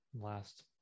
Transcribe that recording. last